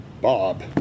Bob